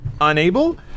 unable